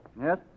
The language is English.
yes